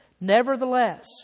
Nevertheless